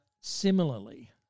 similarly